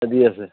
অঁ দি আছে